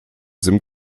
sim